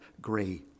gray